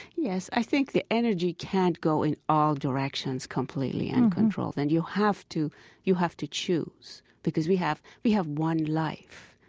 yes. i think the energy can't go in all directions completely uncontrolled. and you have to you have to choose because we have we have one life.